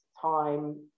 time